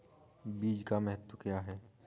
बीज का महत्व क्या है?